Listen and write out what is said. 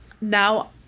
now